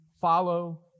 follow